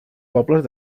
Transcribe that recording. pobles